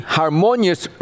harmonious